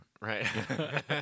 Right